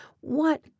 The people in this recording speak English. What